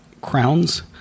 crowns